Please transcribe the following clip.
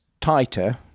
tighter